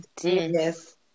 yes